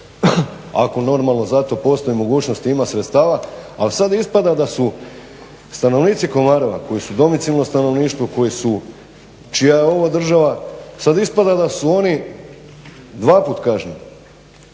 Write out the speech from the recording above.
ako normalno za to postoje mogućnosti ima sredstava ali sad ispada da su stanovnici Komareva koji su domicilno stanovništvo, čija je ovo država, sad ispada da su oni dvaput kažnjeni.